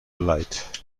light